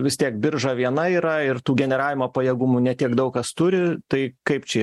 vis tiek birža viena yra ir tų generavimo pajėgumų ne tik daug kas turi tai kaip čia